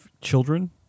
children